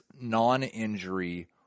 non-injury